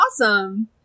awesome